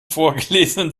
vorgelesenen